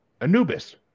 Anubis